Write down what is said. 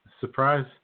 Surprise